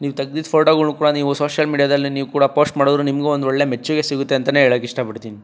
ನೀವು ತೆಗೆದಿದ್ದು ಫೋಟೋಗಳನ್ನು ಕೂಡ ನೀವು ಸೋಶಿಯಲ್ ಮೀಡಿಯಾದಲ್ಲಿ ನೀವು ಕೂಡ ಪೋಸ್ಟ್ ಮಾಡಿದ್ರು ನಿಮಗೂ ಒಂದು ಒಳ್ಳೆಯ ಮೆಚ್ಚುಗೆ ಸಿಗುತ್ತೆ ಅಂತಲೇ ಹೇಳೋಕೆ ಇಷ್ಟಪಡ್ತೀನಿ